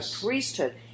priesthood